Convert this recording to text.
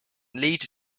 lead